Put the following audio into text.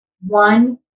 one